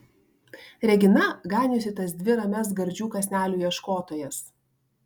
regina ganiusi tas dvi ramias gardžių kąsnelių ieškotojas